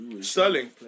Sterling